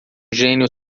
gênio